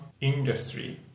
industry